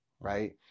right